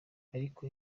ariko